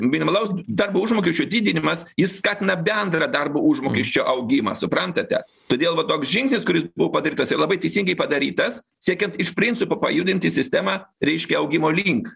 minimalaus darbo užmokesčio didinimas jis skatina bendrą darbo užmokesčio augimą suprantate todėl va toks žingsnis kuris buvo padarytas ir labai teisingai padarytas siekiant iš principo pajudinti sistemą reiškia augimo link